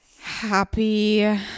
happy